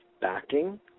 backing